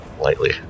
lightly